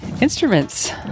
instruments